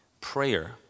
prayer